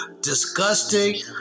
disgusting